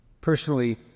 Personally